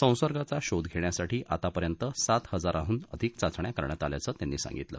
संसर्गाचा शोध घेण्यासाठी आतापर्यंत सात हजाराडून अधिक चाचण्या करण्यात आल्याचं त्यांनी सांगितलं